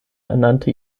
ernannte